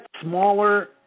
smaller